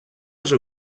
вже